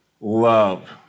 love